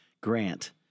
grant